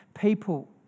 people